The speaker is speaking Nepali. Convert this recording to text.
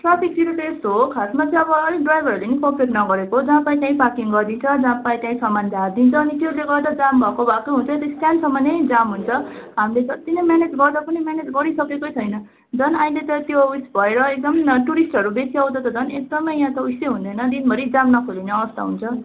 ट्रफिकतिर त यस्तो हो खासमा चाहिँ अब अलिक ड्राइभरहरूले पनि कोप्रेट नगरेको जहाँ पायो त्यहीँ पार्किङ गरिदिन्छ जहाँ पायो त्यहीँ समान झारिदिन्छ अनि त्यसले गर्दा जाम भएको भएकै हुन्छ त्यो स्ट्यान्डसम्म नै जाम हुन्छ हामीले जति नै म्यानेज गर्दा पनि म्यानेज गरी सकेकै छैन झन् अहिले त त्यो उयस भएर एकदम टुरिस्टहरू बेसी आउँदा त झन् एकदमै यहाँ त उयस नै हुँदैन दिनभरी जाम नखोलिने आवस्था हुन्छ